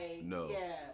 no